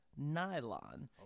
nylon